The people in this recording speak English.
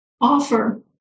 offer